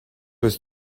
was